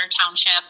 Township